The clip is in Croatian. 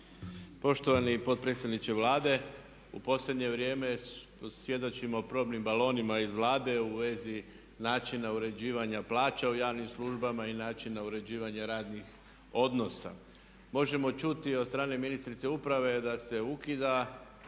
Poštovani potpredsjedniče Vlade u posljednje vrijeme svjedočimo probnim balonima iz Vlade u vezi načina uređivanja plaća u javnim službama i načina uređivanja radnih odnosa. Možemo čuti od strane ministrice uprave da se ukida